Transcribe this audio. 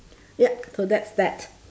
yup so that's that